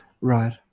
Right